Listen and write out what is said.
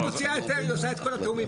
מוציאה היתר שתעשה את כל התיאומים.